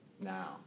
Now